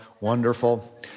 wonderful